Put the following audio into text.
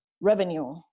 revenue